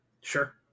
Sure